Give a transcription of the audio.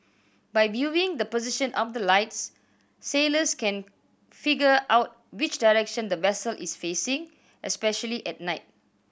by viewing the position of the lights sailors can figure out which direction the vessel is facing especially at night